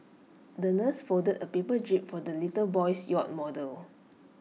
the nurse folded A paper jib for the little boy's yacht model